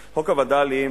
הווד"לים,